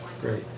Great